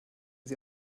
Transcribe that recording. sie